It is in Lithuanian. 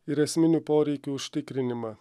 ir esminių poreikių užtikrinimą